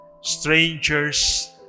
strangers